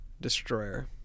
Destroyer